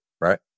right